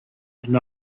and